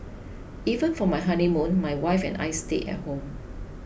even for my honeymoon my wife and I stayed at home